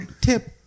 Tip